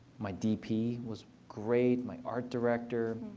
my dp was great. my art director.